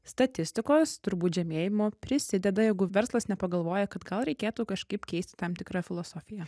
statistikos turbūt žemėjimo prisideda jeigu verslas nepagalvoja kad gal reikėtų kažkaip keisti tam tikrą filosofiją